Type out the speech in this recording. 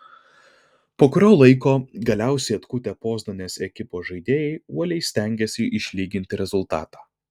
po kurio laiko galiausiai atkutę poznanės ekipos žaidėjai uoliai stengėsi išlyginti rezultatą